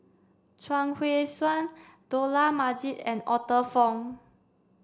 Chuang Hui Tsuan Dollah Majid and Arthur Fong